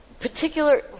particular